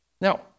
Now